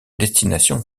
destination